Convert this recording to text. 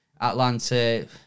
Atlanta